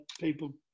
people